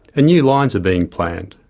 and new lines are being planned.